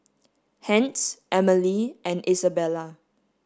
hence Emily and Isabela